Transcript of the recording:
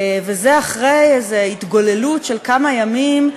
וזה אחרי איזו התגוללות של כמה ימים,